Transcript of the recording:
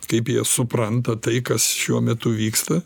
kaip jie supranta tai kas šiuo metu vyksta